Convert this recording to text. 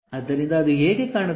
ಆದ್ದರಿಂದ ಅದು ಹೇಗೆ ಕಾಣುತ್ತದೆ